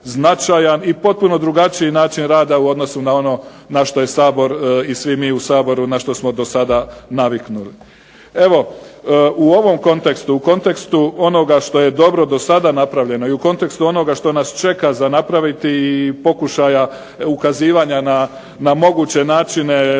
i potpuno drugačiji način rada u odnosu na ono na što je Sabor i svi mi u Saboru na što smo dosada naviknuli. Evo, u ovom kontekstu, u kontekstu onoga što je dobro dosada napravljeno i u kontekstu onoga što nas čeka za napraviti i pokušaja ukazivanja na moguće načine